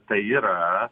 tai yra